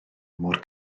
mor